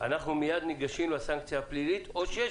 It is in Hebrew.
אנחנו מיד ניגשים לסנקציה הפלילית או שיש